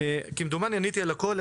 כמדומני עניתי על הכול,